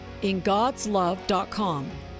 ingodslove.com